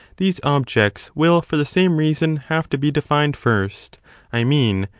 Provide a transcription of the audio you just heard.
these objects will for the same reason have to be defined first i mean,